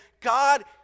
God